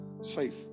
safe